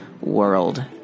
world